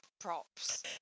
props